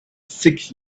six